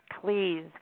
please